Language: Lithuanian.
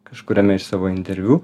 kažkuriame iš savo interviu